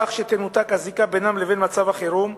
כך שתנותק הזיקה בינם לבין מצב החירום,